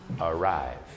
Arrive